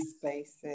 spaces